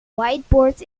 whiteboard